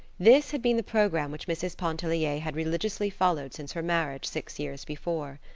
this had been the programme which mrs. pontellier had religiously followed since her marriage, six years before.